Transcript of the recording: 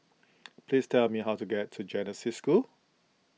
please tell me how to get to Genesis School